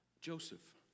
Joseph